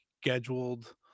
scheduled